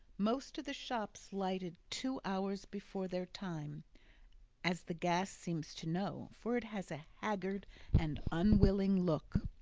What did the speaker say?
most of the shops lighted two hours before their time as the gas seems to know, for it has a haggard and unwilling look.